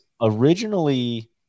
originally